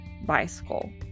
bicycle